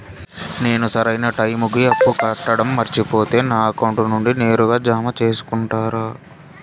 నేను సరైన టైముకి అప్పు కట్టడం మర్చిపోతే నా అకౌంట్ నుండి నేరుగా జామ సేసుకుంటారా?